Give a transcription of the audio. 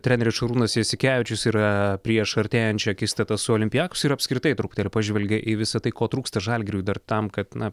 treneris šarūnas jasikevičius yra prieš artėjančią akistatą su olympiakosu ir apskritai truputėlį pažvelgė į visa tai ko trūksta žalgiriui dar tam kad na